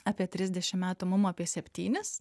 apie trisdešim metų mums apie septynis